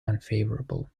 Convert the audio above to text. unfavorable